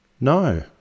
No